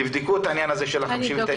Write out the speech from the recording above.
תבדקו את העניין הזה של 59,